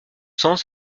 sens